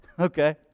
okay